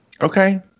okay